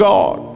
God